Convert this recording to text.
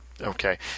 Okay